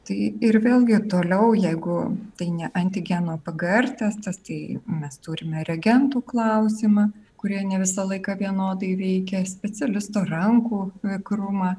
tai ir vėlgi toliau jeigu tai ne antigeno pger testas tai mes turime reagentų klausimą kurie ne visą laiką vienodai veikia specialisto rankų vikrumą